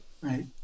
Right